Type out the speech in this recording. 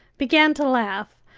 began to laugh,